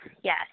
yes